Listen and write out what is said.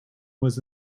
was